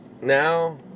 now